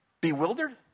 bewildered